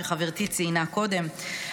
שחברתי ציינה קודם,